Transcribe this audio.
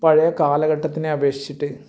പഴയ കാലഘട്ടത്തിനെ അപേക്ഷിച്ചിട്ട്